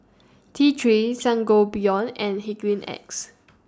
T three Sangobion and Hygin X